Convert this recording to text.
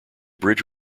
bridge